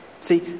See